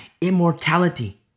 immortality